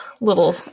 little